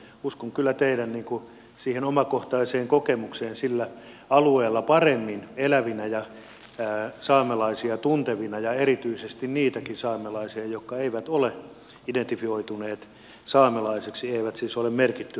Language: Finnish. uskon kyllä siihen teidän omakohtaiseen kokemukseenne sillä alueella elävinä ja paremmin saamelaisia tuntevina ja erityisesti niitäkin saamelaisia jotka eivät ole identifioituneet saamelaisiksi eivät siis ole merkittynä ääniluetteloon